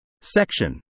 Section